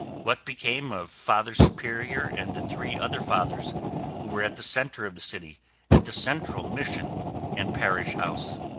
what became of father superior and the three other fathers who were at the center of the city at the central mission and parish house?